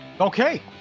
Okay